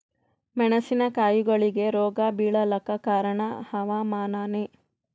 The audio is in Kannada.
ಮೆಣಸಿನ ಕಾಯಿಗಳಿಗಿ ರೋಗ ಬಿಳಲಾಕ ಕಾರಣ ಹವಾಮಾನನೇ?